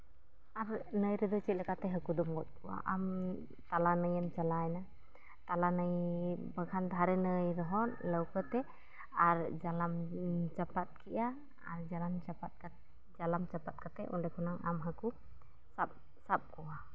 ᱟᱨ ᱱᱟᱹᱭ ᱨᱮᱫᱚ ᱪᱮᱫᱠᱟᱛᱮ ᱦᱟᱹᱠᱩ ᱠᱫᱚᱢ ᱜᱚᱡ ᱠᱚᱣᱟ ᱟᱢ ᱛᱟᱞᱟ ᱱᱟᱹᱭᱮᱢ ᱪᱟᱞᱟᱣᱮᱱᱟ ᱵᱛᱞᱟ ᱱᱟᱹᱭ ᱫᱷᱟᱨᱮ ᱱᱟᱹᱭ ᱨᱮᱦᱚᱸ ᱞᱟᱹᱣᱠᱟᱹᱛᱮ ᱟᱨ ᱡᱟᱞᱟᱢ ᱪᱟᱯᱟᱫ ᱠᱮᱜᱼᱟ ᱟᱨ ᱡᱟᱞᱟᱢ ᱪᱟᱯᱟᱫ ᱠᱟᱛᱮᱫ ᱡᱟᱞᱟᱢ ᱪᱟᱯᱟᱫ ᱠᱟᱛᱮᱫ ᱚᱸᱰᱮ ᱠᱷᱚᱱᱟᱜ ᱟᱢ ᱠᱟᱹᱠᱩᱢ ᱥᱟᱵ ᱥᱟᱵ ᱠᱚᱣᱟ